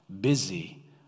Busy